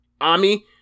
ami